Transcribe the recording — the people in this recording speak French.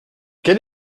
quel